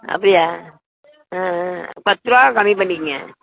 அப்படியா ஆ ஆ பத்து ரூபா கம்மி பண்ணிக்கிங்க